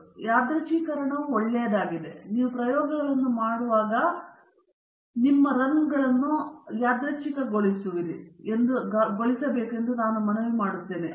ಆದ್ದರಿಂದ ಯಾದೃಚ್ಛೀಕರಣವು ಒಳ್ಳೆಯದು ಮತ್ತು ನೀವು ಪ್ರಯೋಗಗಳನ್ನು ಮಾಡುವಾಗ ನಿಮ್ಮ ರನ್ಗಳ ಆದೇಶವನ್ನು ಯಾದೃಚ್ಛಿಕಗೊಳಿಸುತ್ತೀರಿ ಎಂದು ನಾನು ಮನವಿ ಮಾಡುತ್ತೇನೆ